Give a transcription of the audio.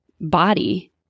body